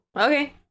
okay